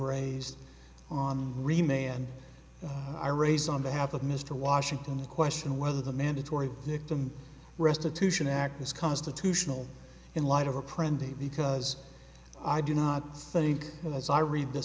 raised on remains and i raise on behalf of mr washington the question of whether the mandatory victim restitution act is constitutional in light of apprentice because i do not think as i read th